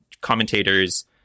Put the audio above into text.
commentators